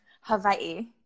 Hawaii